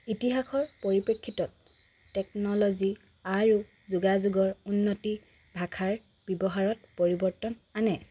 ইতিহাসৰ পৰিপ্ৰেক্ষিতত টেকন'লজি আৰু যোগাযোগৰ উন্নতি ভাষাৰ ব্যৱহাৰত পৰিৱৰ্তন আনে